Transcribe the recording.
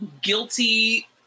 guilty